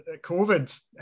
COVID